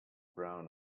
brown